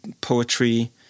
poetry